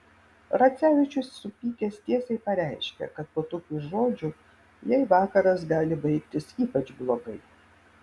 racevičius supykęs tiesiai pareiškė kad po tokių žodžių jai vakaras gali baigtis ypač blogai